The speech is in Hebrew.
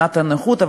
מבחינת הנוחות,